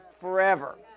forever